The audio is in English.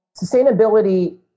Sustainability